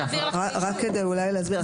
רק כדי להסביר,